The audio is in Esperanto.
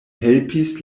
helpis